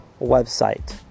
website